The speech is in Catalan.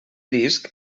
disc